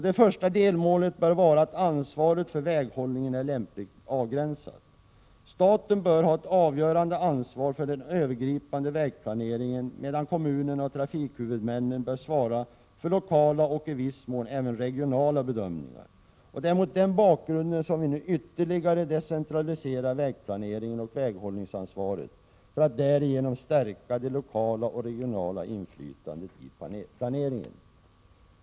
Det första delmålet bör vara att ansvaret för väghållningen är lämpligt avgränsat. Staten bör ha ett avgörande ansvar för den övergripande vägplaneringen, medan kommunerna och trafikhuvudmännen bör svara för lokala och i viss mån även regionala bedömningar. Det är mot den bakgrunden som vi nu ytterligare decentraliserar vägplaneringen och väghållningsansvaret för att därigenom stärka det lokala och regionala inflytandet i planeringen.